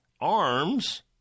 arms